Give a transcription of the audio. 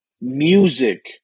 music